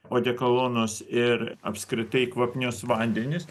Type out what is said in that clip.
odekolonus ir apskritai kvapnius vandenis